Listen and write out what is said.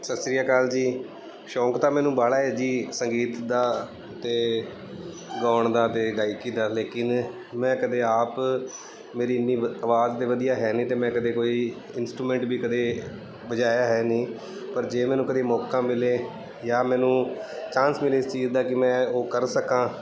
ਸਤਿ ਸ਼੍ਰੀ ਅਕਾਲ ਜੀ ਸ਼ੌਕ ਤਾਂ ਮੈਨੂੰ ਬਾਹਲਾ ਹੈ ਜੀ ਸੰਗੀਤ ਦਾ ਅਤੇ ਗਾਉਣ ਦਾ ਅਤੇ ਗਾਇਕੀ ਦਾ ਲੇਕਿਨ ਮੈਂ ਕਦੇ ਆਪ ਮੇਰੀ ਇੰਨੀ ਵ ਅਵਾਜ਼ ਦੇ ਵਧੀਆ ਹੈ ਨਹੀਂ ਅਤੇ ਮੈਂ ਕਦੇ ਕੋਈ ਇੰਸਟਰੂਮੈਂਟ ਵੀ ਕਦੇ ਵਜਾਇਆ ਹੈ ਨਹੀਂ ਪਰ ਜੇ ਮੈਨੂੰ ਕਦੀ ਮੌਕਾ ਮਿਲੇ ਜਾਂ ਮੈਨੂੰ ਚਾਂਸ ਮਿਲੇ ਇਸ ਚੀਜ਼ ਦਾ ਕਿ ਮੈਂ ਉਹ ਕਰ ਸਕਾਂ